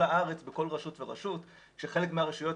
הארץ בכל רשות ורשות כאשר בחלק מהרשויות,